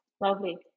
Lovely